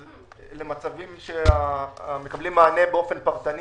למצבים שמקבלים מענה באופן פרטני